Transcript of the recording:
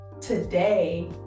today